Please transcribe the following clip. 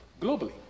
globally